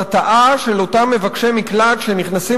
הרתעה של אותם אנשים מבקשי מקלט שנכנסים